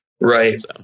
Right